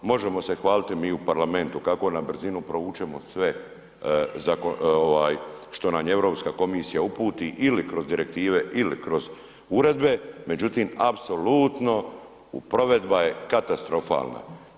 Možemo se hvaliti mi u Parlamentu kako na brzinu provučemo sve što nam Europska komisija uputi ili kroz direktive ili kroz uredbe, međutim apsolutno provedba je katastrofalna.